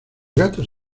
gatos